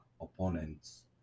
opponents